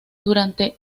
durante